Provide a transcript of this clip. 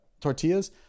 tortillas